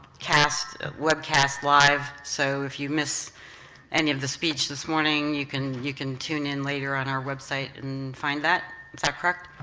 cast, webcast live, so if you miss any of the speech this morning, you can you can tune in later on our website and find that. is that correct,